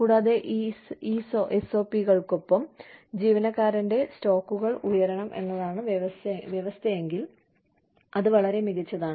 കൂടാതെ ESOP കൾക്കൊപ്പം ജീവനക്കാരന്റെ സ്റ്റോക്കുകൾ ഉയരണം എന്നതാണ് വ്യവസ്ഥയെങ്കിൽ അത് വളരെ മികച്ചതാണ്